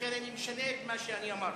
לכן, אני משנה את מה שאני אמרתי.